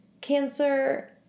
cancer